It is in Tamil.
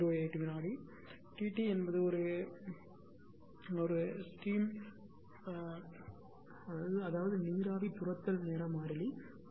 08 வினாடி T t என்பது ஒரு நீராவி துரத்தல் நேர மாறிலிகள் 0